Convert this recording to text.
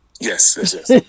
yes